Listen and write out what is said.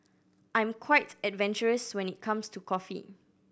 I'm quite adventurous when it comes to coffee